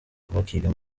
bakiga